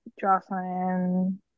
jocelyn